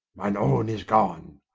mine owne is gone.